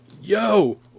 Yo